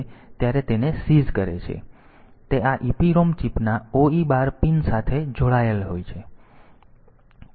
તેથી તે આ EPROM ચિપના OE બાર પિન સાથે જોડાયેલ છે